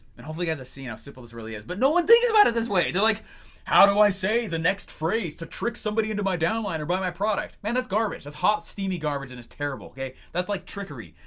and hopefully you guys have seen how simple this really is. but no one things about it this way! they're like how do i say the next phrase to trick somebody into my downline or buy my product? man that's garbage, that's hot steamy garbage and it's terrible, okay. that's like trickery.